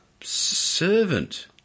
servant